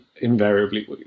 Invariably